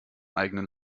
eigenen